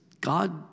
God